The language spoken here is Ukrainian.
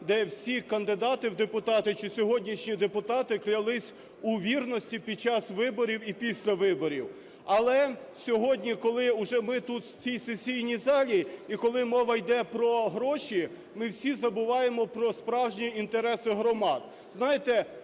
де всі кандидати у депутати чи сьогоднішні депутати клялися у вірності під час виборів і після виборів. Але сьогодні, коли вже ми тут в цій сесійній залі і коли мова йде про гроші, ми всі забуваємо про справжні інтереси громад.